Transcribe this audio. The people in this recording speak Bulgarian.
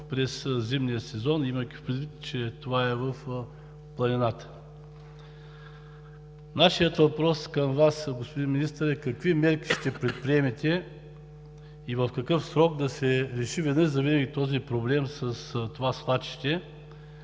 през зимния сезон, имайки предвид, че това е в планината. Нашият въпрос към Вас, господин Министър, е: какви мерки ще предприемете и в какъв срок, за да се реши веднъж завинаги проблемът с това свлачище,